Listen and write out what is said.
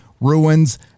ruins